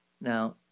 Now